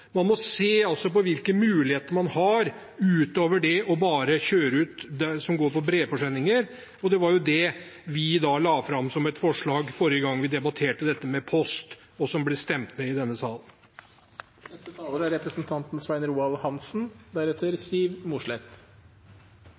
man også tenke når det gjelder post. Man må se på hvilke muligheter man har utover bare å kjøre ut brevforsendinger. Det var det vi la fram som et forslag forrige gang vi debatterte dette med post, men som ble stemt ned i denne sal. Jeg tror vi bør være enige om at det først og fremst er